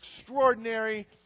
extraordinary